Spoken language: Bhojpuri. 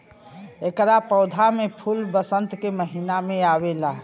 एकरा पौधा में फूल वसंत के महिना में आवेला